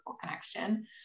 connection